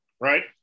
right